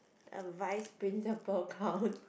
a vice principal counts